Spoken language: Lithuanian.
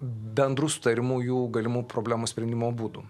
bendru sutarimu jų galimų problemų sprendimo būdų